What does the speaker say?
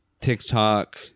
tiktok